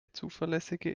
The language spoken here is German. zuverlässige